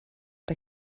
der